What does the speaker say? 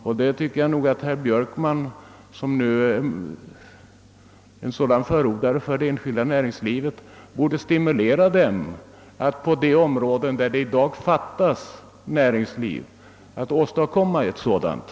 Jag tycker att herr Björkman, som är en så god förespråkare för det enskilda näringslivet, borde stimulera företagen att på de områden av näringslivet, där det i dag fattas företag, söka åstadkomma sådana.